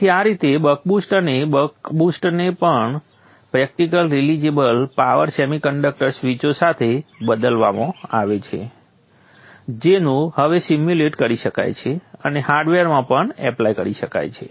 તેથી આ રીતે બક બુસ્ટ અને બક બુસ્ટને હવે પ્રેક્ટિકલ રીલીઝેબલ પાવર સેમીકન્ડક્ટર સ્વીચો સાથે બદલવામાં આવે છે જેનું હવે સીમ્યુલેટ કરી શકાય છે અને હાર્ડવેરમાં પણ એપ્લાય કરી શકાય છે